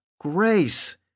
grace